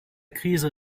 krise